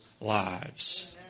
lives